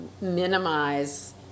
minimize